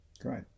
great